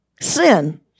sin